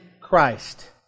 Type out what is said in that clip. Christ